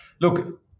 Look